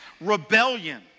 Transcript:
rebellion